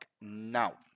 now